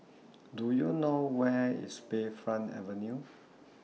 Do YOU know Where IS Bayfront Avenue